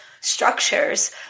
structures